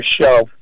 show